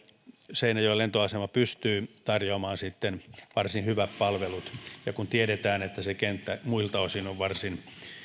seinäjoen lentoasema pystyy tarjoamaan sitten varsin hyvät palvelut kun tiedetään että se kenttä muilta osin on varsin